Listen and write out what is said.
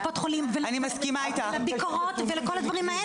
לקופות חולים ולביקורות ולכל הדברים האלה,